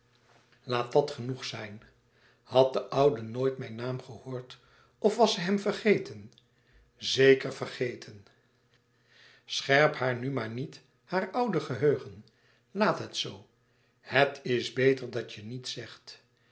laat dat genoeg zijn had de oude nooit mijn naam gehoord of was ze hem vergeten zeker vergeten scherp haar nu maar niet haar oude geheugen laat het zoo het is beter dat je niets zegt